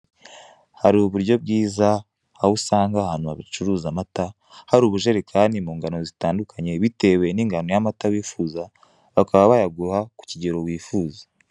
Hari uburyo bwiza, aho usanga ahantu bacuruza amata hari ubujerekani mu ngano zitandukanye bitewe n'ingano y'amata wifuza, bakaba bayaguha ku kigero wifuza